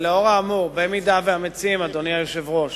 לאור האמור, אדוני היושב-ראש,